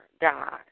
God